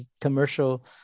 commercial